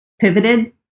pivoted